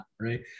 right